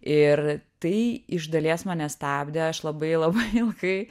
ir tai iš dalies mane stabdė aš labai labai ilgai